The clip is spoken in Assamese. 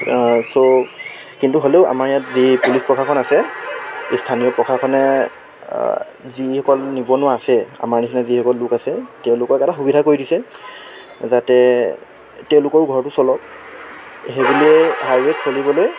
চ' কিন্তু হ'লেও আমাৰ ইয়াত যি পুলিচ প্ৰশাসন আছে এই স্থানীয় প্ৰশাসনে যিসকল নিবনুৱা আছে আমাৰ নিচিননা যিসকল লোক আছে তেওঁলোকক এটা সুবিধা কৰি দিছে যাতে তেওঁলোকৰ ঘৰটো চলক সেই বুলিয়েই হাইৱে'ত চলিবলৈ